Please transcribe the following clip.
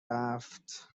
رفت